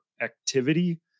activity